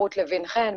רות לוין-חן,